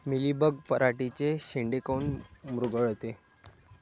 Mealybug पराटीचे चे शेंडे काऊन मुरगळते?